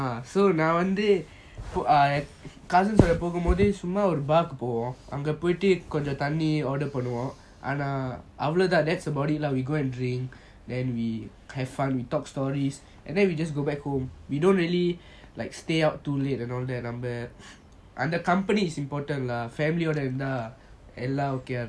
so நான் வந்து:naan vanthu cousins ஓட போகும் போது சும்மா ஒரு:ooda pogum bothu summa oru bar கு போவோம் அங்க போயிடு கொஞ்சம் தண்ணி:ku povom anga poitu konjam thanni order பேணுவோம்:panuvom that's about it lah we go and drink then we have fun we talk stories and then we just go back home we don't really like stay out too late and all that நம்ம அந்த:namma antha company is important ah family இருந்த எல்லாம்:iruntha ellam okay eh